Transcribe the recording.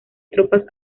tropas